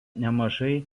nemažai